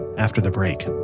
after the break